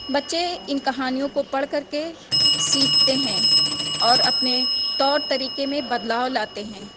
بچے ان کہانیوں کو پڑھ کر کے سیکھتے ہیں اور اپنے طور طریقے میں بدلاؤ لاتے ہیں